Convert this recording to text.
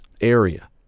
area